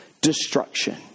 destruction